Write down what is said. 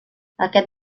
aquest